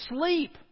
Sleep